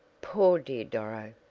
poor, dear doro!